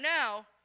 now